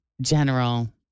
general